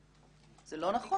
זה לא נכון.